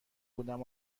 بودم